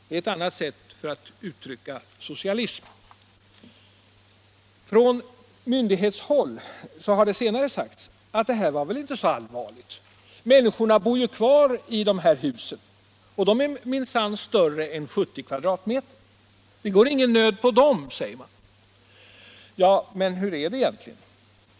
Det är ett annat sätt att uttrycka socialism. Från myndighetshåll har senare sagts att det här var väl inte så allvarligt. Människorna bor ju kvar i husen, och dessa är minsann större än 70 m?. Det går ingen nöd på de här människorna, säger man. Men hur är det egentligen?